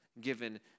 given